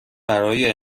برای